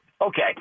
okay